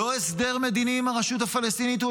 לא הסדר מדיני עם הרשות הפלסטינית או